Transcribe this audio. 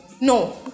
No